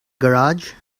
garage